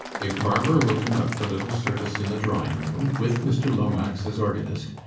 if barbara will conduct a little service in the drawingroom, with mr lomax as organist,